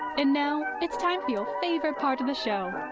and now it's time for your favorite part of the show,